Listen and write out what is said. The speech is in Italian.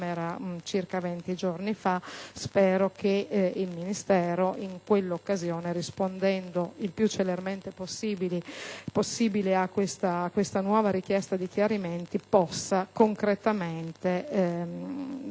circa 20 giorni fa. Spero che il Ministero in quell'occasione, rispondendo il più celermente possibile a questa nuova richiesta di chiarimenti, possa concretamente mettere